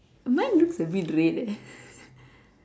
mine looks a bit red eh